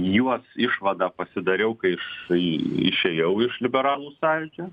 juos išvadą pasidariau kai iš išėjau iš liberalų sąjūdžio